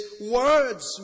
words